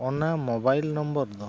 ᱚᱱᱟ mobile number ᱫᱚ